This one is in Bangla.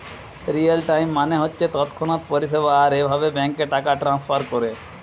রিয়েল টাইম মানে হচ্ছে তৎক্ষণাৎ পরিষেবা আর এভাবে ব্যাংকে টাকা ট্রাস্নফার কোরে